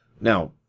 Now